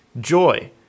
joy